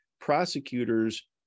prosecutors